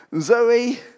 Zoe